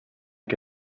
que